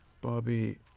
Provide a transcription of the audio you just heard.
Bobby